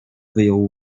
wyjął